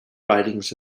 ridings